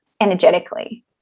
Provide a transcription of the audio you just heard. energetically